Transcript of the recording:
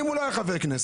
אם הוא לא היה חבר כנסת,